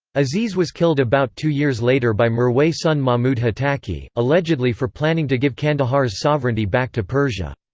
aziz was killed about two years later by mirwais' son mahmud hotaki, allegedly for planning to give kandahar's sovereignty back to persia.